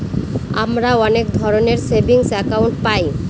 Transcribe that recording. আমরা অনেক ধরনের সেভিংস একাউন্ট পায়